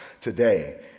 today